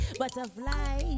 butterfly